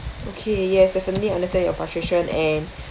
okay yes definitely understand your frustration and